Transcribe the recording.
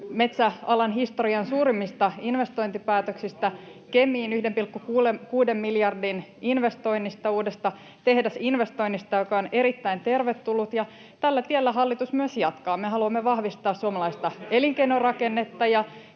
metsäalan historian suurimmista investointipäätöksistä, 1,6 miljardin investoinnista Kemiin, uudesta tehdasinvestoinnista, joka on erittäin tervetullut, ja tällä tiellä hallitus myös jatkaa. [Ben Zyskowicz: Hallitus päätti tästäkin investoinnista?]